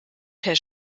per